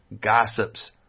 gossips